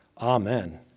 Amen